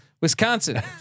Wisconsin